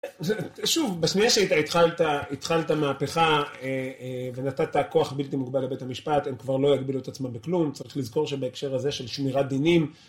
שוב, בשניה שהתחלת מהפכה ונתת כוח בלתי מוגבל לבית המשפט, הם כבר לא יגבילו את עצמם בכלום. צריך לזכור שבהקשר הזה של שמירת דינים,